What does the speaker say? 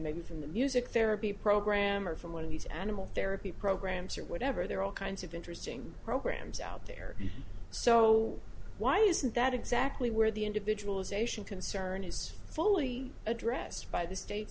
maybe from the music therapy program or from one of these animal therapy programs or whatever there are all kinds of interesting programs out there so why isn't that exactly where the individual ization concern is fully addressed by the state